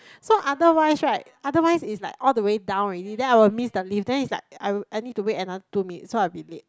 so otherwise right otherwise is like all the way down already then I will miss the lift then is like I will I need to wait another two minute so I'll be late